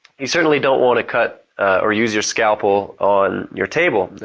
you certainly don't want to cut or use your scalpel on your table.